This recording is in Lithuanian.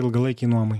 ilgalaikei nuomai